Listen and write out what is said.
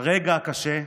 הרגע הקשה,